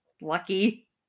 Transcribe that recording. lucky